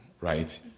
right